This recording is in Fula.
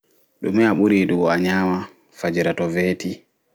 Ɗume a ɓuri yiɗugo a nyama fajira to weetee